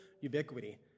ubiquity